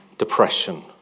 depression